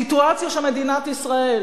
הסיטואציה היא שמדינת ישראל,